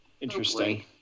Interesting